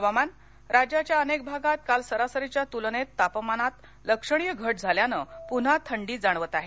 हवामान राज्याच्या अनेक भागात काल सरासरीच्या तुलनेत तापमानात लक्षणीय घट झाल्यान पुन्हा थंडी जाणवत आहे